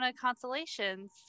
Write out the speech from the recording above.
Constellations